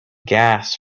gas